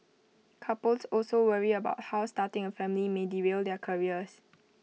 couples also worry about how starting A family may derail their careers